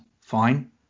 fine